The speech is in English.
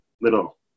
little